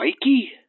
Mikey